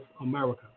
America